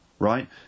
Right